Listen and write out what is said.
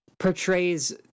Portrays